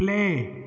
play